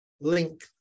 link